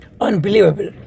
unbelievable